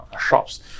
shops